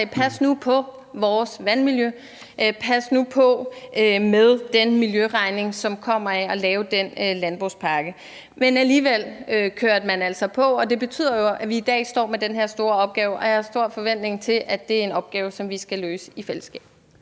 Pas nu på vores vandmiljø; pas nu på med den miljøregning, som kommer af at lave den landbrugspakke. Men alligevel kørte man altså på, og det betyder jo, at vi i dag står med den her store opgave. Jeg har stor forventning til, at det er en opgave, som vi skal løse i fællesskab.